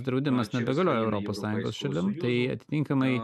draudimas nebegalioja europos sąjungos šalim tai atitinkamai